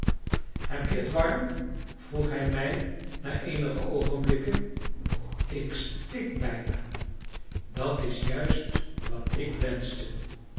heb je t warm vroeg hij mij na eenige oogenblikken ik stik bijna dat is juist wat ik wenschte